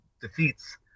defeats